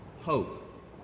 hope